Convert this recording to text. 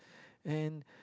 and